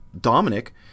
Dominic